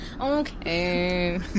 Okay